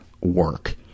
work